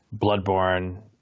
Bloodborne